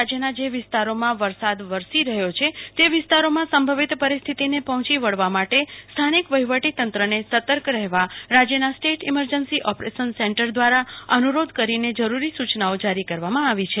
રાજ્યના જે વિસ્તારોમાં વરસાદ વરસી રહ્યો છે તે વિસ્તારોમાં સંભવિત પરિસ્થિતિને પહોંચી વળવા માટે સ્થાનિક વહીવટી તંત્રને સતર્ક રહેવા રાજ્યના સ્ટેટ ઈમરજન્સી ઓપરેશન સેન્ટર દ્વારા અનુરોધ કરીને જરૂરી સૂચનાઓ જારી કરવામાં આવી છે